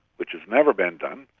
which has never been done,